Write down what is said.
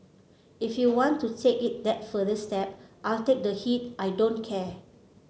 if you want to take it that further step I'll take the heat I don't care